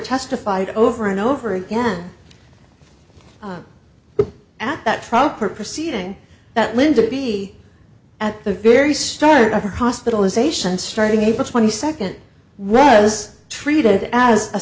testified over and over again at that proper proceeding that linda be at the very start of her hospitalization starting april twenty second was treated as a